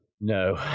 No